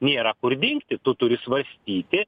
nėra kur dingti tu turi svarstyti